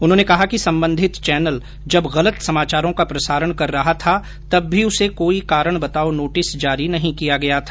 उन्होंने कहा कि संबंधित चैनल जब गलत समाचारों का प्रसारण कर रहा था तब भी उसे कोई कारण बताओ नोटिस जारी नहीं किया गया था